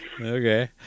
okay